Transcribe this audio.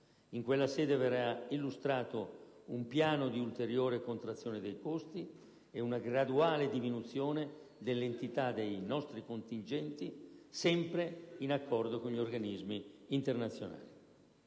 In quella sede verrà illustrato un piano di ulteriore contrazione dei costi e una graduale diminuzione dell'entità dei nostri contingenti, sempre in accordo con gli organismi internazionali.